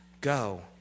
Go